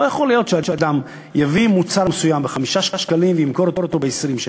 לא יכול להיות שאדם יביא מוצר מסוים ב-5 שקלים וימכור אותו ב-20 שקלים.